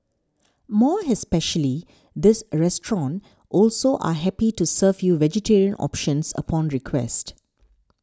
more especially this restaurant also are happy to serve you vegetarian options upon request